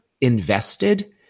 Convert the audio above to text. invested